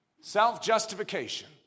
Self-justification